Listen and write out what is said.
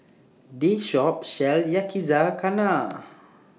This Shop sells Yakizakana